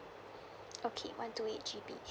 okay one two eight G_B